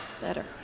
better